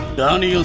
danny